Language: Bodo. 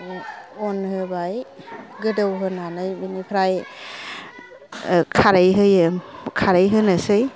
अन होबाय गोदौ होनानै बेनिफ्राइ खारै होयो खारै होनोसै